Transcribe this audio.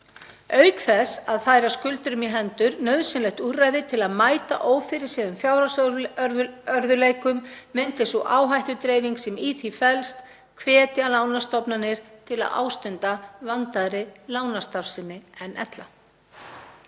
Auk þess að færa skuldurum í hendur nauðsynlegt úrræði til að mæta ófyrirséðum fjárhagslegum örðugleikum myndi sú áhættudreifing sem í því felst hvetja lánastofnanir til að ástunda vandaðri lánastarfsemi en ella.